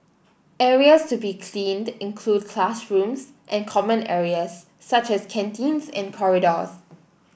areas to be cleaned include classrooms and common areas such as canteens and corridors